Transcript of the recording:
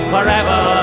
Forever